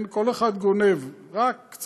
כל אחד גונב רק,